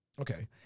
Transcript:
Okay